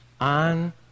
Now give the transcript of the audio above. on